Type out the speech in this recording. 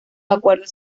acuerdos